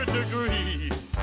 degrees